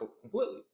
completely